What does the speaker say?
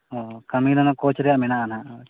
ᱚ ᱠᱟᱹᱢᱤ ᱫᱚ ᱚᱱᱟ ᱠᱳᱪ ᱨᱮᱭᱟᱜ ᱢᱮᱱᱟᱜᱼᱟ ᱱᱟᱦᱟᱜ